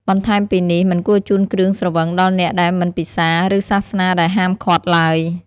បន្ថែមពីនេះ មិនគួរជូនគ្រឿងស្រវឹងដល់អ្នកដែលមិនពិសា ឬសាសនាដែលហាមឃាត់ឡើយ។